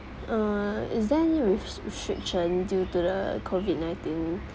err is there any re~ restriction due to the COVID nineteen